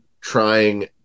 trying